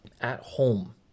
at-home